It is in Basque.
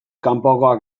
kanpokoak